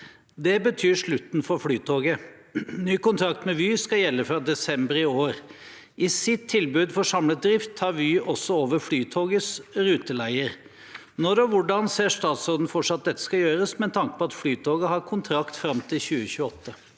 Det betyr slutten for Flytoget. Ny kontrakt med Vy skal gjelde fra desember i år. I sitt tilbud for samlet drift tar Vy også over Flytogets ruteleier. Når og hvordan ser statsråden for seg at dette skal gjøres, med tanke på at Flytoget har kontrakt fram til 2028?»